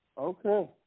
Okay